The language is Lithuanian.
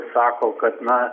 sako kad na